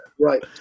Right